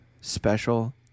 special